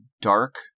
dark